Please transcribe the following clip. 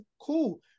Cool